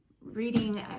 reading